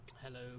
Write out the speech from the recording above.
Hello